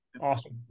Awesome